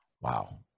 Wow